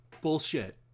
Bullshit